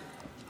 תודה.